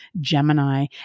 Gemini